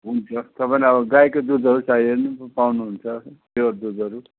हुन्छ तपाईँलाई अब गाईको दुधहरू चाहियो भने पनि पाउनुहुन्छ प्योर दुधहरू